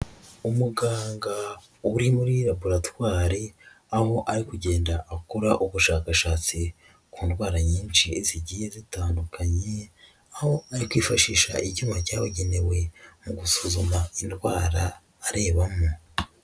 Umuganga uri muri laboratwari, aho ari kugenda akora ubushakashatsi ku ndwara nyinshi zigiye dutandukanye, aho ari kwifashisha icyuma cyabugenewe mu gusuzuma indwara arebamo.